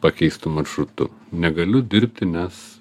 pakeistu maršrutu negaliu dirbti nes